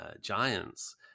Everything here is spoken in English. giants